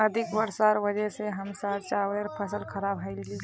अधिक वर्षार वजह स हमसार चावलेर फसल खराब हइ गेले